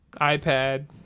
iPad